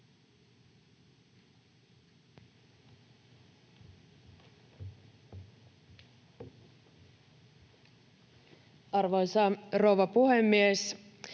Arvoisa rouva puhemies!